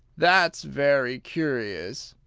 that's very curious.